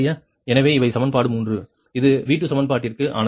எனவே இவை சமன்பாடு 3 இது V2 சமன்பாட்டிற்கு ஆனது